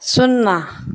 शुन्ना